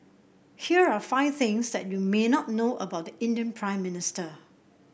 here are five things that you may not know about the Indian Prime Minister